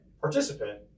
participant